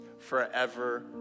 forever